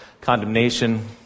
condemnation